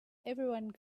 everyone